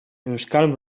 euskal